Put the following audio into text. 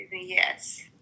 yes